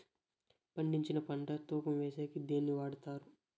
పండించిన పంట తూకం వేసేకి దేన్ని వాడతారు?